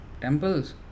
temples